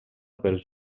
pels